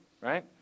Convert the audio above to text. right